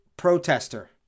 protester